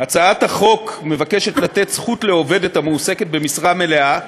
הצעת החוק מבקשת לתת זכות לעובדת המועסקת במשרה מלאה,